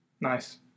Nice